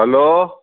hello